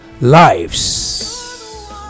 lives